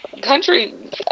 country